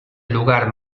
lugar